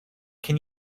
can